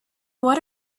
what